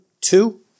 two